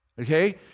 okay